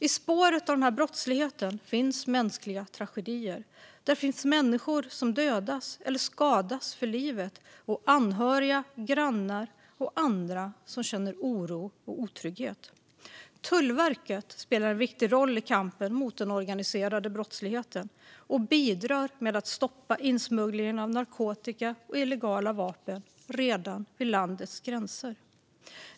I spåren av brottsligheten finns mänskliga tragedier. Där finns människor som dödas eller skadas för livet och anhöriga, grannar och andra som känner oro och otrygghet. Tullverket spelar en viktig roll i kampen mot den organiserade brottsligheten och bidrar med att stoppa insmugglingen av narkotika och illegala vapen redan vid landets gränser.